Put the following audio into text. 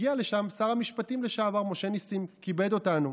הגיע לשם שר המשפטים לשעבר משה נסים, כיבד אותנו.